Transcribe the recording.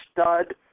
stud